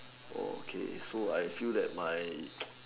okay so I feel that my